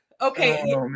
okay